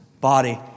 body